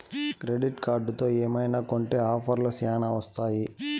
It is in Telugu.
క్రెడిట్ కార్డుతో ఏమైనా కొంటె ఆఫర్లు శ్యానా వత్తాయి